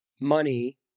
money